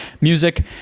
music